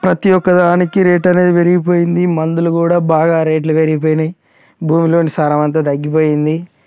ప్రతి ఒక్క దానికి రేట్ అనేది పెరిగిపోయింది మందులు కూడా బాగా రేట్లు పెరిగిపోయినాయి భూమిలోని సారం అంత తగ్గిపోయింది